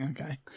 okay